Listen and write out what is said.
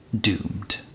doomed